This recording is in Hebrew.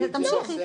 תמשיכי.